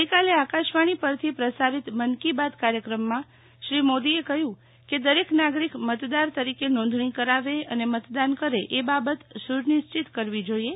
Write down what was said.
ગઈકાલે આકાશવાણી પરથી પ્રસારિત મનકી બાત કાર્યક્રમમાં શ્રી મોદીએ એ કહ્યું કે દરેક નાગરિક મતદાર તરીકે નોંધણી કરાવે અને મતદાન કરે એ બાબત સુનિશ્ચિત કરવી જાઇએ